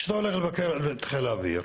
כשאתה הולך לבקר את חיל האוויר,